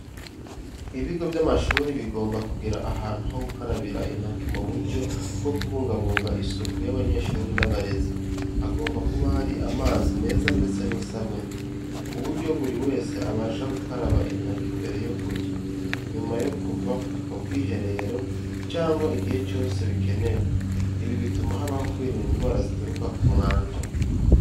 Ibigo by'amashuri bigomba kugira ahantu ho gukarabira intoki mu buryo bwo kubungabunga isuku y'abanyeshuri n’abarezi. Hagomba kuba hari amazi meza ndetse n'isabune, ku buryo buri wese abasha gukaraba intoki mbere yo kurya, nyuma yo kuva mu bwiherero, cyangwa igihe cyose bikenewe. Ibi bituma habaho kwirinda indwara zituruka ku mwanda.